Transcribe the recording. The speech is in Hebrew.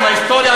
ההיסטוריה?